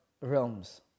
realms